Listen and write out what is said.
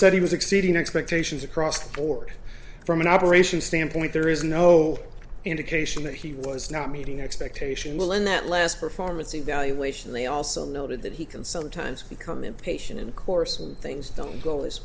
said he was exceeding expectations across the board from an operation standpoint there is no indication that he was not meeting the expectation will in that last performance evaluation they also noted that he can sometimes become impatient and of course when things don't go as